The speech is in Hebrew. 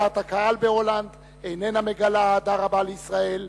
דעת הקהל בהולנד איננה מגלה אהדה רבה לישראל,